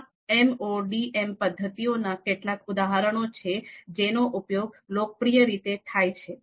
આ એમઓડીએમ પદ્ધતિઓના કેટલાક ઉદાહરણો છે જેનો ઉપયોગ લોકપ્રિય રીતે થાય છે